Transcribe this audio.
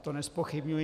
To nezpochybňuji.